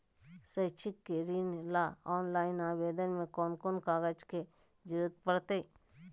शैक्षिक ऋण ला ऑनलाइन आवेदन में कौन कौन कागज के ज़रूरत पड़तई?